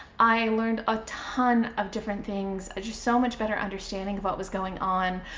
i learned a ton of different things. ah just so much better understanding of what was going on.